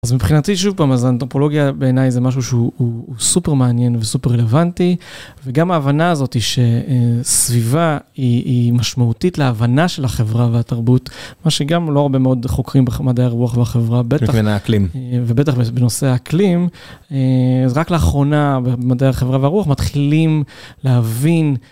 אז מבחינתי, שוב פעם, אז האנתרופולוגיה בעיניי זה משהו שהוא סופר מעניין וסופר רלוונטי, וגם ההבנה הזאת היא שסביבה היא משמעותית להבנה של החברה והתרבות, מה שגם לא הרבה מאוד חוקרים במדעי הרוח והחברה, בטח... בנושא האקלים. ובטח בנושא האקלים, רק לאחרונה במדעי החברה והרוח מתחילים להבין